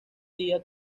día